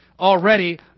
already